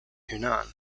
hunan